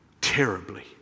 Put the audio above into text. terribly